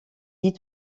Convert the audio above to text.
dis